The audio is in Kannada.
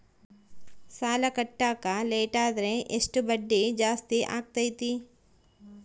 ಸಾಲ ಕಟ್ಟಾಕ ಲೇಟಾದರೆ ಎಷ್ಟು ಬಡ್ಡಿ ಜಾಸ್ತಿ ಆಗ್ತೈತಿ?